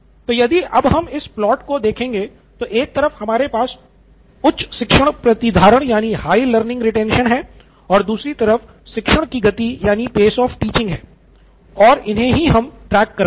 तो यदि अब हम इस प्लॉट को देखेंगे तो एक तरफ हमारे पास उच्च शिक्षण प्रतिधारण यानि high learning retention है और दूसरी तरफ शिक्षण की गति यानि pace of teaching है और इन्हे ही हम ट्रैक कर रहे हैं